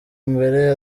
mbere